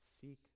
seek